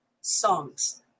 songs